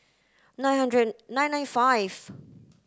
nine hundred and nine nine five